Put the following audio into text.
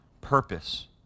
purpose